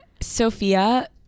Sophia